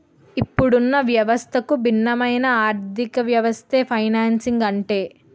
ఇప్పుడున్న వ్యవస్థకు భిన్నమైన ఆర్థికవ్యవస్థే ఫైనాన్సింగ్ అంటే